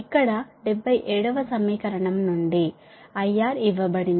ఇక్కడ 77 వ సమీకరణం నుండి IR ఇవ్వబడింది